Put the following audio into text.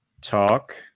talk